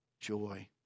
joy